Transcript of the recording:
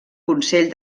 consell